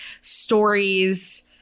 stories